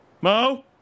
mo